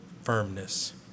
firmness